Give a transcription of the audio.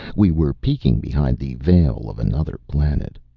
we were peeking behind the veil of another planet.